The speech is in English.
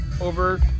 over